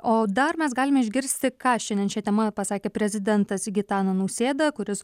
o dar mes galime išgirsti ką šiandien šia tema pasakė prezidentas gitana nausėda kuris